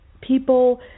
People